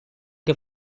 que